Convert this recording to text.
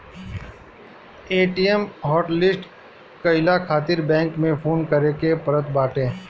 ATM hotlist कईला खातिर bank में फोन करे के पड़त बाटे